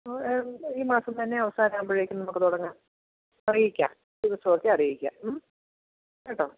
ആ ഈ മാസം തന്നെ അവസാനം ആകുമ്പോഴേക്കും നമുക്ക് തുടങ്ങാം അറിയിക്കാം തീർച്ചയായിട്ടും അറിയിക്കാം മ്മ് കേട്ടോ